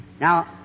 Now